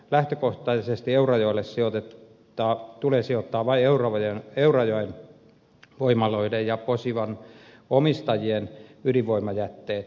lähtökohtaisesti eurajoelle tulee sijoittaa vain eurajoen voimaloiden ja posivan omistajien ydinvoimajätteet